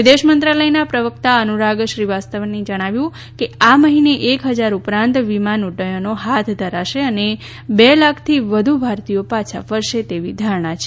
વિદેશ મંત્રાલયના પ્રવક્તા અનુરાગ શ્રીવાસ્તવને જણાવ્યું હતુ કે આ મહિને એક હજાર ઉપરાંત વિમાન ઉદ્દયનો હાથ ધરાશે અને બે લાખથી વધુ ભારતીયો પાછા ફરશે તેવી ધારણા છે